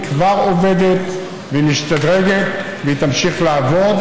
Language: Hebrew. היא כבר עובדת, והיא משתדרגת והיא תמשיך לעבוד,